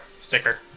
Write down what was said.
sticker